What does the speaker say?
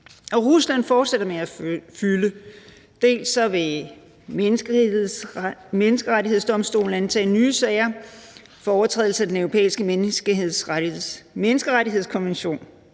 Rusland fortsætter med at fylde. Dels vil menneskerettighedsdomstolen antage nye sager for overtrædelse af Den Europæiske Menneskerettighedskonvention,